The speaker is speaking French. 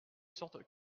sorte